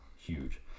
huge